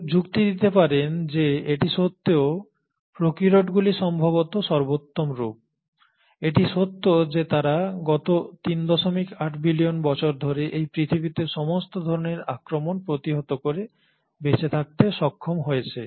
কেউ যুক্তি দিতে পারেন যে এটি সত্ত্বেও প্রোক্যারিওটগুলি সম্ভবত সর্বোত্তম রূপ এটি সত্য যে তারা গত 38 বিলিয়ন বছর ধরে এই পৃথিবীতে সমস্ত ধরণের আক্রমণ প্রতিহত করে বেঁচে থাকতে সক্ষম হয়েছে